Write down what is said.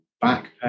back